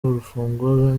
urufunguzo